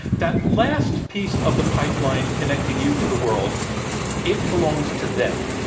that last piece of the pipeline connecting you to the world it belongs to them,